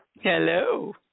Hello